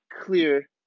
clear